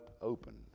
open